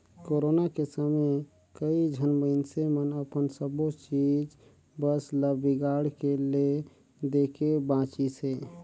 corona के समे कइझन मइनसे मन अपन सबो चीच बस ल बिगाड़ के ले देके बांचिसें